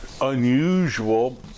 unusual